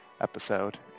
episode